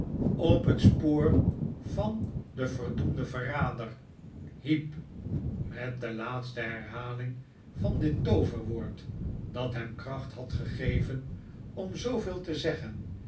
op het spoor van den verdoemden verrader heep met de laatste herhaling van dit tooverwoord dat hem kracht had gegeven om zooveel te zeggen